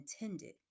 intended